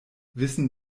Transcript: wissen